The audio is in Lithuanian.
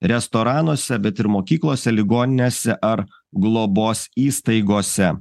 restoranuose bet ir mokyklose ligoninėse ar globos įstaigose